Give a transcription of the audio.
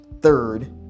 third